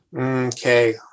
Okay